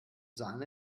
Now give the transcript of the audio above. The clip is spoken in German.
sahne